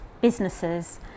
businesses